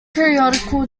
periodical